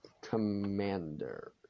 commander